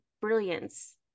brilliance